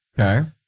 Okay